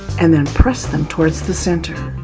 and then press them towards the center.